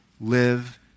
live